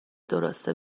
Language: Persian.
درسته